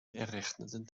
errechneten